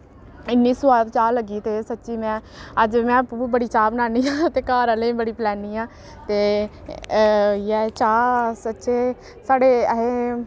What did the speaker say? इ'न्नी सोआद चाह् लग्गी ते सच्ची में अज्ज में आपूं बी बड़ी चाह् बनानी आं ते घर आह्लें गी बड़ी पलैनी आं ते इ'यै चाह् सच्चे साढ़े अहें